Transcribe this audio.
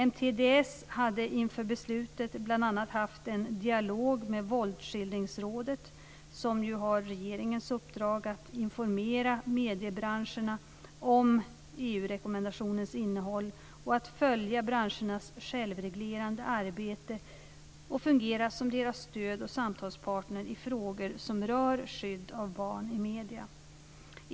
MDTS hade inför beslutet bl.a. haft en dialog med Våldsskildringsrådet som har regeringens uppdrag att informera mediebranscherna om EU rekommendationens innehåll, följa branschernas självreglerande arbete och fungera som deras stöd och samtalspartner i frågor som rör skydd av barn i medier.